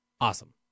Awesome